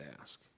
ask